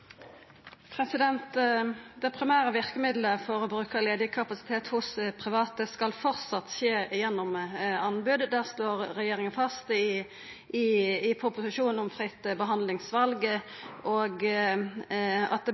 Det primære verkemiddelet for å bruka ledig kapasitet hos private skal framleis vera anbod – det slår regjeringa fast i proposisjonen om fritt behandlingsval – og ein legg opp til at